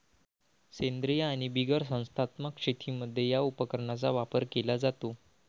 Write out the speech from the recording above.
सेंद्रीय आणि बिगर संस्थात्मक शेतीमध्ये या उपकरणाचा वापर केला जातो